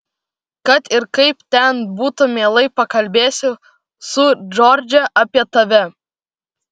kad ir kaip ten būtų mielai pakalbėsiu su džordže apie tave